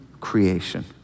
creation